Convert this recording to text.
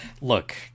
look